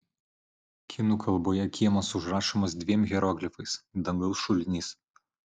kinų kalboje kiemas užrašomas dviem hieroglifais dangaus šulinys